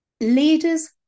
leaders